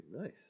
Nice